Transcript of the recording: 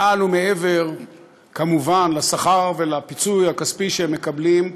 מעל ומעבר כמובן לשכר ולפיצוי הכספי שהם מקבלים,